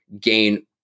gain